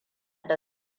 da